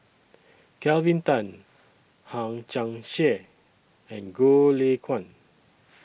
Kelvin Tan Hang Chang Chieh and Goh Lay Kuan